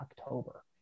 October